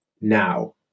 now